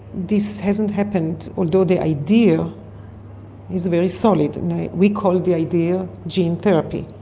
this hasn't happened, although the idea is very solid, and we call the idea gene therapy,